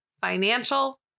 Financial